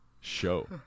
show